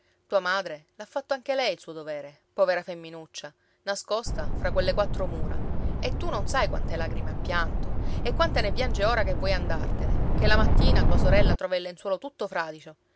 tua madre l'ha fatto anche lei il suo dovere povera femminuccia nascosta fra quelle quattro mura e tu non sai quante lagrime ha pianto e quante ne piange ora che vuoi andartene che la mattina tua sorella trova il lenzuolo tutto fradicio